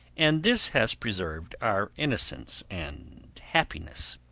and this has preserved our innocence and happiness.